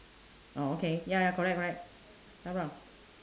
oh okay ya correct correct dark brown